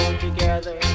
together